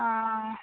ആണോ